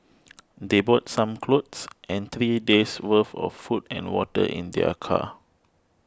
they brought some clothes and three days' worth of food and water in their car